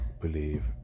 believe